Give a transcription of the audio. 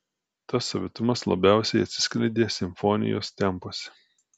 tas savitumas labiausiai atsiskleidė simfonijos tempuose